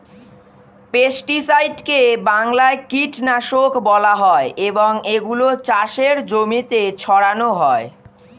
পেস্টিসাইডকে বাংলায় কীটনাশক বলা হয় এবং এগুলো চাষের জমিতে ছড়ানো হয়